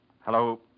Hello